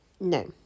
No